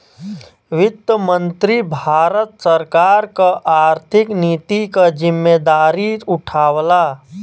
वित्त मंत्री भारत सरकार क आर्थिक नीति क जिम्मेदारी उठावला